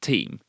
Team